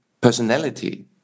personality